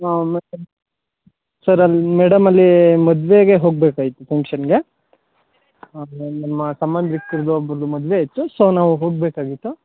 ನಾವು ಮತ್ತು ಸರ್ ಅಲ್ಲಿ ಮೇಡಮ್ ಅಲ್ಲಿ ಮದುವೆಗೆ ಹೋಗಬೇಕಾಗಿತ್ತು ಫಂಕ್ಷನ್ಗೆ ಅಂದರೆ ನಮ್ಮ ಸಂಬಂಧಿಕ್ರದ್ದು ಒಬ್ಬರದು ಮದುವೆ ಇತ್ತು ಸೊ ನಾವು ಹೋಗಬೇಕಾಗಿತ್ತು